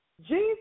Jesus